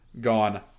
gone